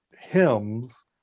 hymns